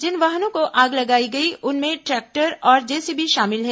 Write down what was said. जिन वाहनों को आग लगाई गई उनमें ट्रैक्टर और जेसीबी शामिल हैं